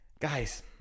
Guys